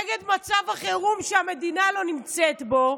נגד מצב החירום שהמדינה לא נמצאת בו.